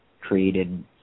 created